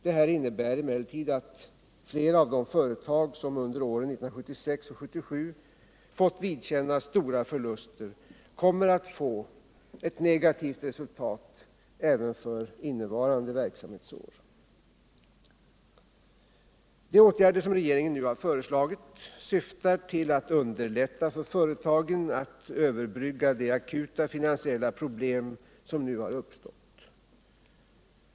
Det innebär att flera av de företag som under åren 1976 och 1977 fått vidkännas stora förluster kommer att få ett negativt resultat även för innevarande verksamhetsår. De åtgärder som regeringen nu har föreslagit syftar till att underlätta för företagen att överbrygga de akuta finansiella problem som nu har uppstått.